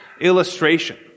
Illustration